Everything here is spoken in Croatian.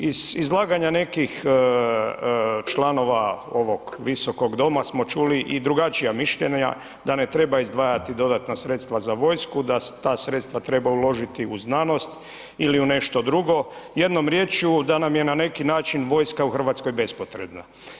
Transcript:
Iz izlaganja nekih članova ovog visokog doma smo čuli i drugačija mišljenja da ne treba izdvajati dodatna sredstva za vojsku, da ta sredstva treba uložiti u znanost ili u nešto drugo, jednom riječju da nam je na neki način vojska u Hrvatskoj bespotrebna.